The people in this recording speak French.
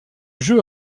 jeu